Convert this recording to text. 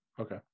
Okay